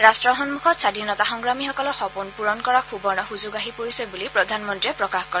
ৰাষ্টৰ সন্মুখত স্বাধীনতা সংগ্ৰামীসকলৰ সপোন পূৰণ কৰাৰ সুবৰ্ণ সুযোগ আহি পৰিছে বুলি প্ৰধানমন্ত্ৰীয়ে প্ৰকাশ কৰে